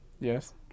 Yes